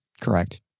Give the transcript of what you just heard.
Correct